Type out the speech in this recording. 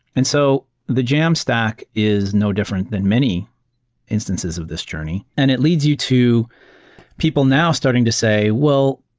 and so the jamstack is no different than many instances of this journey and it leads you to people now starting to say, well,